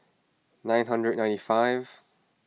nine hundred ninety five